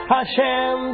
Hashem